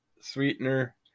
sweetener